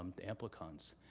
um the amplicons.